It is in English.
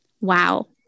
Wow